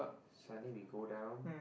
Sunday we go down